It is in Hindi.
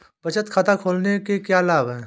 बचत खाता खोलने के क्या लाभ हैं?